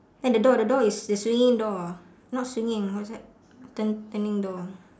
then the door the door is the swinging door ah not swinging what's that turn~ turning door ah